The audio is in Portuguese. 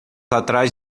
atrás